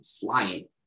flying